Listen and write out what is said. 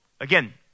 again